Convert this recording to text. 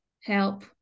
help